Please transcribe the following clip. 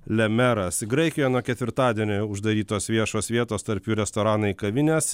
le meras graikijoj nuo ketvirtadienio uždarytos viešos vietos tarp jų ir restoranai kavinės